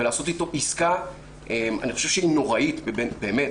ולעשות איתו עסקה, אני חושב שהיא נוראית באמת.